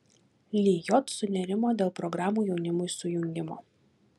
lijot sunerimo dėl programų jaunimui sujungimo